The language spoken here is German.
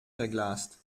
verglast